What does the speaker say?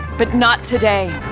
but not today.